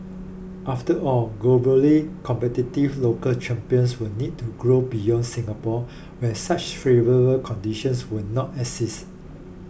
after all globally competitive local champions will need to grow beyond Singapore where such favourable conditions will not exist